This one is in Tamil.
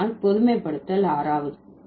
அதனால் பொதுமைப்படுத்தல் 6வது